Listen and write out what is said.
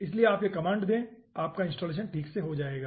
इसलिए आप यह कमांड दें आपका इंस्टालेशन ठीक से हो जाएगा